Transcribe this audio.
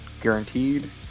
Guaranteed